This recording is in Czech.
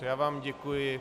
Já vám děkuji.